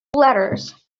letters